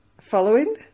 following